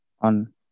on